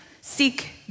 Seek